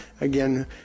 again